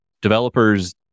developers